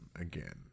again